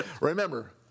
Remember